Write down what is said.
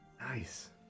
Nice